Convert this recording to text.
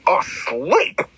asleep